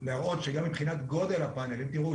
בשביל להראות שגם מבחינת גודל הפאנל אם תראו,